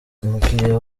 umukiliya